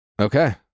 Okay